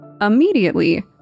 Immediately